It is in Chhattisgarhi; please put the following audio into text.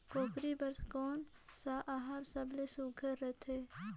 कूकरी बर कोन कस आहार सबले सुघ्घर रथे?